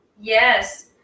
Yes